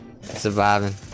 Surviving